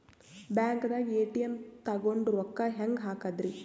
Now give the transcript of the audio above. ಬ್ಯಾಂಕ್ದಾಗ ಎ.ಟಿ.ಎಂ ತಗೊಂಡ್ ರೊಕ್ಕ ಹೆಂಗ್ ಹಾಕದ್ರಿ?